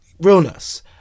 realness